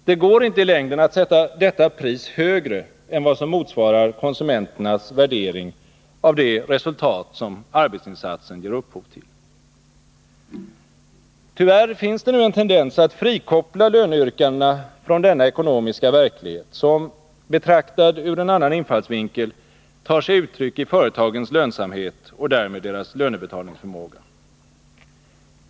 Det går inte i längden att sätta detta pris högre än vad som motsvarar konsumenternas värdering av det resultat som arbetsinsatsen ger upphov till. Tyvärr finns det nu en tendens att frikoppla löneyrkandena från denna ekonomiska verklighet, som betraktad ur en annan infallsvinkel tar sig uttryck i företagens lönsamhet och därmed deras lönebetalningsförmåga.